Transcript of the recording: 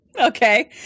Okay